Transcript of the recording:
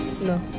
No